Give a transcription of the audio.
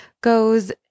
goes